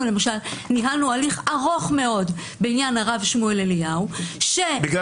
אנחנו למשל ניהלנו הליך ארוך מאוד בעניין הרב שמואל אליהו --- בגלל